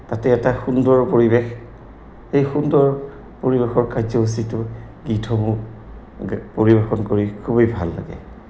তাতে এটা সুন্দৰ পৰিৱেশ এই সুন্দৰ পৰিৱেশৰ কাৰ্যসূচিতো গীতসমূহ পৰিৱেশন কৰি খুবেই ভাল লাগে